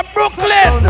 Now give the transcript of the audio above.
Brooklyn